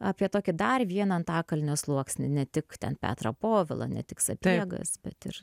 apie tokį dar vieną antakalnio sluoksnį ne tik ten petrą povilą ne tik sapiegas bet ir